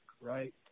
right